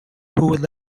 would